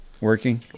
Working